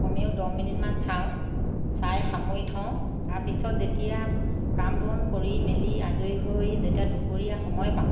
কমেও দহ মিনিটমান চাওঁ চাই সামৰি থওঁ তাৰপিছত যেতিয়া কাম বন কৰি মেলি আজৰি হৈ যেতিয়া দুপৰীয়া সময় পাওঁ